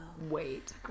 Wait